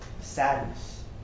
sadness